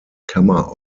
kammer